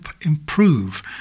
improve